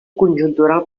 conjuntural